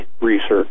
research